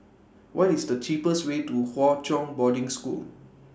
What IS The cheapest Way to Hwa Chong Boarding School